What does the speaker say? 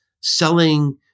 selling